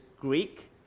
Greek